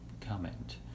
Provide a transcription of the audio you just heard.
comment